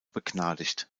begnadigt